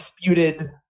disputed